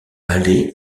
allé